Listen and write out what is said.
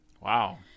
Wow